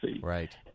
Right